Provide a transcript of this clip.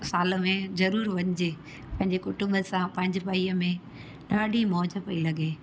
साल में ज़रूरु वञिजे पंहिंजे कुटुंब सां पांजपाईअ में ॾाढी मौज पई लॻे